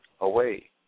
away